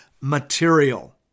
material